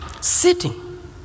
sitting